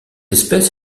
espèce